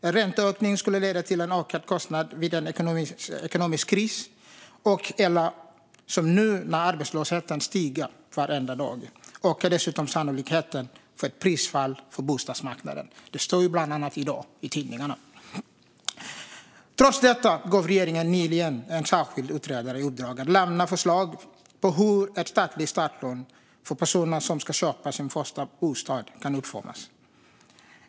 En ränteökning skulle leda till en ökad kostnad vid en ekonomisk kris, och när arbetslösheten - som nu - stiger varenda dag ökar dessutom sannolikheten för ett prisfall på bostadsmarknaden. Det står bland annat i tidningarna i dag. Trots detta gav regeringen nyligen en särskild utredare i uppdrag att lämna förslag på hur ett statligt startlån för personer som ska köpa sin första bostad kan utformas.